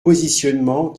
positionnement